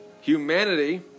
humanity